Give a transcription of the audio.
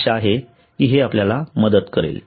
आशा आहे की हे मदत करेल